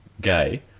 gay